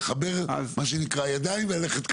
מה שנקרא: לחבר ידיים וללכת קדימה.